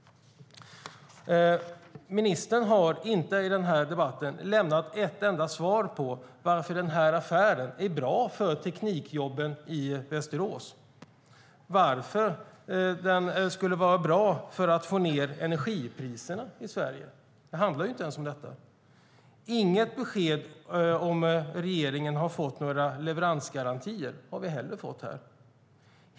Ministern har inte i denna debatt lämnat ett enda svar på varför den här affären är bra för teknikjobben i Västerås eller varför den skulle vara bra för att få ned energipriserna i Sverige. Det handlar ju inte ens om detta. Vi har inte heller fått något besked om regeringen har fått några leveransgarantier.